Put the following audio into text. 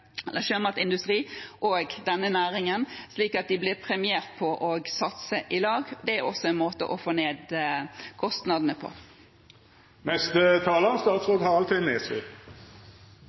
denne næringen, og slik at de blir premiert for å satse sammen? Det er også en måte å få ned kostnadene på. Som statsråd